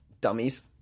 Dummies